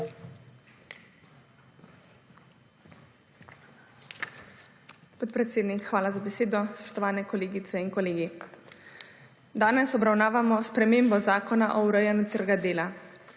Podpredsednik, hvala za besedo. Spoštovane kolegice in kolegi. Danes obravnavamo spremembo Zakona o urejanju trga dela.